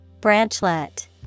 Branchlet